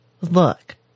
Look